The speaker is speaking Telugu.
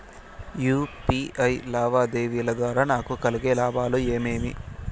యు.పి.ఐ లావాదేవీల ద్వారా నాకు కలిగే లాభాలు ఏమేమీ?